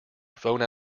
phone